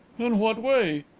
in what way?